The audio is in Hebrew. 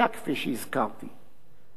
את חוק-יסוד: מקרקעי ישראל,